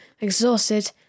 exhausted